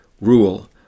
rule